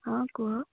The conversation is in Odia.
ହଁ କୁହ